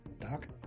Doc